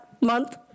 month